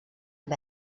amb